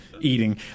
eating